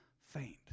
faint